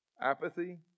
Apathy